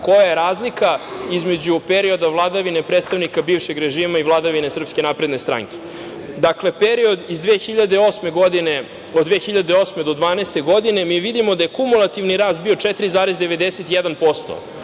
koja je razlika između perioda vladavine predstavnika bivšeg režima i vladavine SNS.Dakle, period od 2008. do 2012. godine, mi vidimo da je kumulativni rast bio 4,91%,